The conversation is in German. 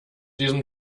diesem